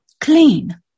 clean